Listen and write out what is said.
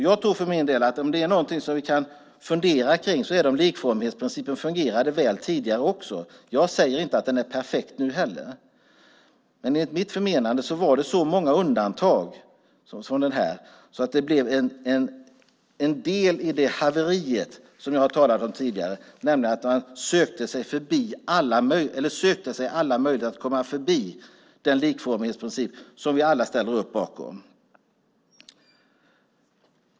Jag tror för min del att om det är någonting som vi kan fundera på är det om likformighetsprincipen fungerade väl tidigare också. Jag säger inte att den är perfekt nu heller, men enligt mitt förmenande var det så många undantag från den här principen att det blev en del i det haveri som jag har talat om tidigare, nämligen att man sökte sig alla möjligheter att komma förbi den likformighetsprincip som vi alla ställer upp bakom.